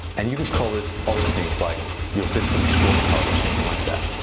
and you can call this other things like your business scorecard or something like that.